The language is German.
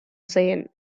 sehen